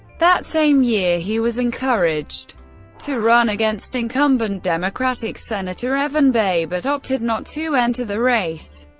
that same year he was encouraged to run against incumbent democratic senator evan bayh, but opted not to enter the race,